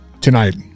tonight